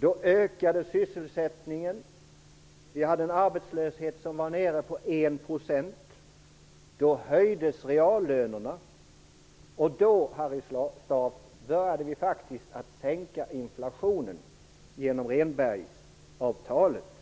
då ökade sysselsättningen -- arbetslösheten var nere på 1 %--, då höjdes reallönerna och då började vi sänka inflationen, genom Rehnbergavtalet.